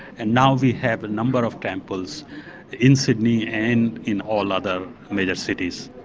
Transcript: and now we have a number of temples in sydney and in all other major cities.